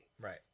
Right